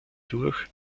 durch